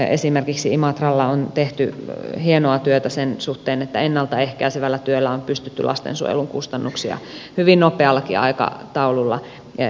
esimerkiksi imatralla on tehty hienoa työtä sen suhteen että ennalta ehkäisevällä työllä on pystytty lastensuojelun kustannuksia hyvin nopeallakin aikataululla pienentämään